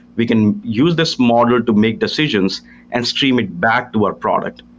we can use this model to make decisions and stream it back to our product.